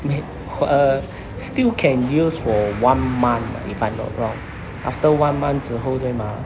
ya err still can use for one month if I'm not wrong after one month 之后对吗